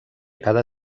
cada